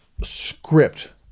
script